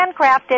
handcrafted